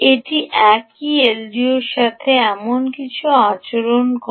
এটি একই এলডিও এর সাথে এমন কিছু আচরণ করে